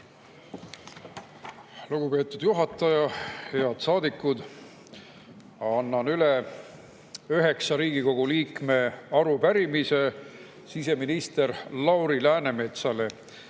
Lugupeetud juhataja! Head saadikud! Annan üle üheksa Riigikogu liikme arupärimise siseminister Lauri Läänemetsale